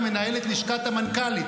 לזכותו היא,